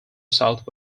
south